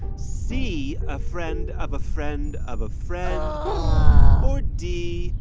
c, a friend of a friend of a friend? or d,